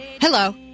Hello